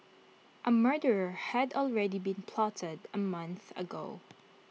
A murder had already been plotted A month ago